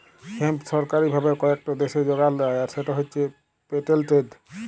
hemp সরকারি ভাবে কয়েকট দ্যাশে যগাল যায় আর সেট হছে পেটেল্টেড